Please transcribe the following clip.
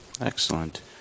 Excellent